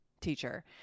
teacher